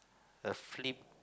a flip